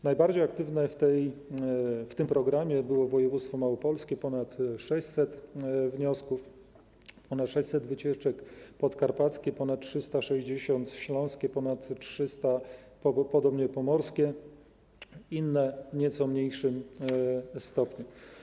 Najbardziej aktywne w tym programie było województwo małopolskie - ponad 600 wniosków, ponad 600 wycieczek, podkarpackie -ponad 360, śląskie - ponad 300, podobnie pomorskie, inne w nieco mniejszym stopniu.